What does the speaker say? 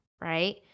right